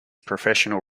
professional